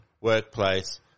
workplace